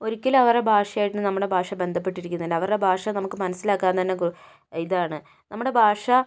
ഒരിക്കലും അവരുടെ ഭാഷയായിട്ട് നമ്മുടെ ഭാഷ ബന്ധപ്പെട്ടിരിക്കുന്നില്ല അവരുടെ ഭാഷ നമുക്ക് മനസിലാക്കാൻ തന്നെ ഇതാണ് നമ്മുടെ ഭാഷ